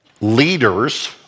Leaders